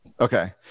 Okay